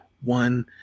one